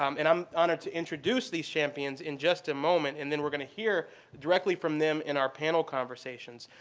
um and i'm honored to introduce these champions in just a moment. and then we're going to hear directly from them in our panel conversations.